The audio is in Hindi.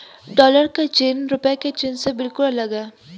डॉलर का चिन्ह रूपए के चिन्ह से बिल्कुल अलग है